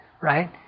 Right